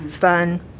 fun